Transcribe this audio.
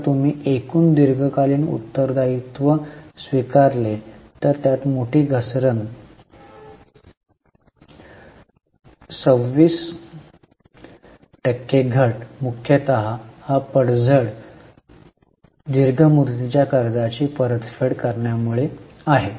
जर तुम्ही एकूण दीर्घकालीन उत्तर दायित्व स्वीकारले तर त्यात मोठी घसरण 26 टक्के घट मुख्यतः हा पडझड दीर्घ मुदतीच्या कर्जाची परतफेड करण्यामुळे आहे